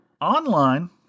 Online